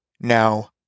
Now